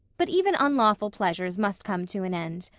but even unlawful pleasures must come to an end.